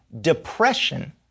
depression